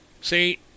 See